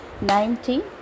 nineteen